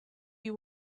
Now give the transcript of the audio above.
you